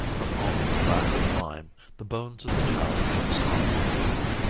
from all lack of lime, the bones of the child become soft and yielding.